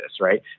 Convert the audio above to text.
right